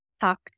talk